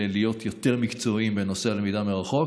להיות יותר מקצועיים בנושא הלמידה מרחוק.